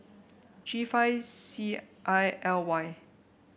G five C I L Y